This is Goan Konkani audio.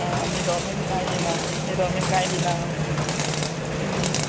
आं न्हिदो बीन कांय दिना न्हिदो बीन कांय दिना